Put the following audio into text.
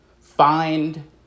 find